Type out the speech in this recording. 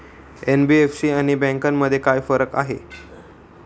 NBFC आणि बँकांमध्ये काय फरक आहे?